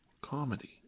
comedy